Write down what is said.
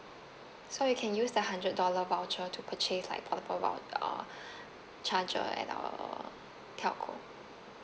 so you can use the hundred dollar voucher to purchase like porta~ uh charger at our telco